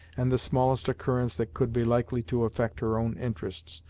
and the smallest occurrence that could be likely to affect her own interests,